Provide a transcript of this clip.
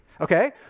okay